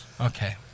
Okay